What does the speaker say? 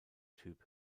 typ